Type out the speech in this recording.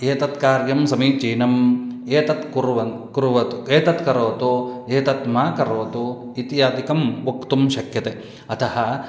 एतत् कार्यं समीचीनम् एतत् कुर्वन् कुर्वत् एतत् करोतु एतत् मा करोतु इत्यादिकम् वक्तुं शक्यते अतः